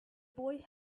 boy